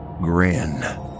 grin